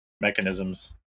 mechanisms